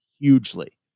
hugely